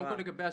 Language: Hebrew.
בקצרה.